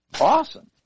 awesome